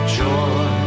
joy